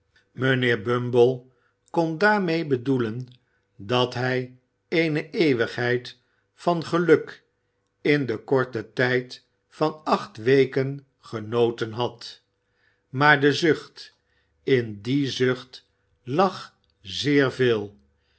mijnheer bumble kon daarmee bedoe'en dat hij eene eeuwigheid van geluk in den korten tijd van acht weken genoten had maar de zucht in dien zucht lag zeer veel